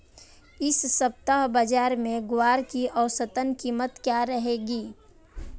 इस सप्ताह बाज़ार में ग्वार की औसतन कीमत क्या रहेगी?